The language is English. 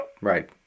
right